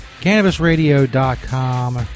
Cannabisradio.com